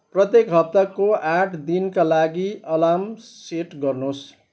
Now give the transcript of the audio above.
प्रत्येक हप्ताको आठ दिनका लागि अलार्म सेट गर्नुहोस्